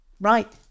right